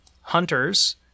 hunters